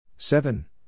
Seven